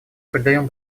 придаем